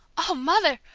oh, mother!